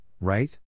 right